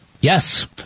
Yes